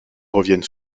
reviennent